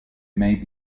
may